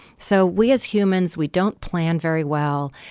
so we as humans we don't plan very well.